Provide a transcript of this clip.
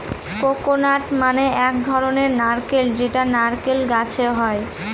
coconut মানে এক ধরনের নারকেল যেটা নারকেল গাছে হয়